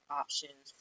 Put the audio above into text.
options